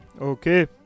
okay